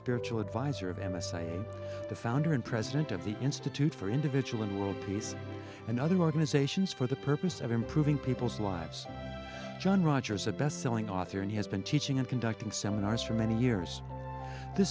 spiritual advisor of n y c the founder and president of the institute for individual and world peace and other organizations for the purpose of improving people's lives john rogers a bestselling author and he has been teaching and conducting seminars for many years th